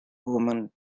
woman